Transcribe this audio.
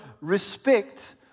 respect